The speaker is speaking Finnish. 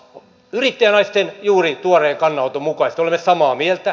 yrittäjänaisten juuri tuoreen kannanoton mukaisesti olemme samaa mieltä